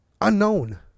unknown